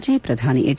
ಮಾಜಿ ಪ್ರಧಾನಿ ಹೆಚ್